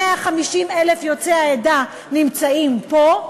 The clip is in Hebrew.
150,000 יוצאי העדה נמצאים פה,